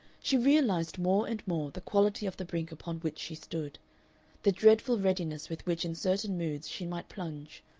she realized more and more the quality of the brink upon which she stood the dreadful readiness with which in certain moods she might plunge,